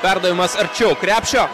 perdavimas arčiau krepšio